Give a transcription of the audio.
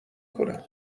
کنم